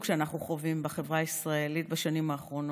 שאנחנו חווים בחברה הישראלית בשנים האחרונות,